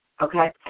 okay